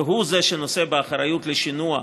והוא שנושא באחריות לשינוע,